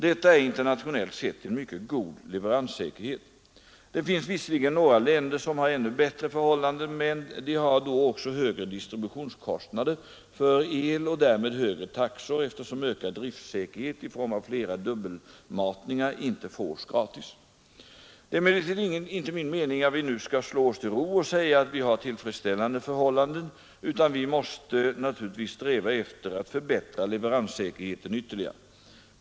Detta är internationellt sett en mycket god leveranssäkerhet. Det finns visserligen några länder som har ännu bättre förhållanden, men de har då också högre distributionskostnader för el och därmed högre taxor, eftersom ökad driftsäkerhet i form av flera dubbelmatningar inte fås gratis. Det är emellertid inte min mening att vi nu skall slå oss till ro och säga att vi har tillfredsställande förhållanden, utan vi måste naturligtvis sträva efter att förbättra leveranssäkerheten ytterligare.